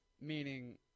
meaning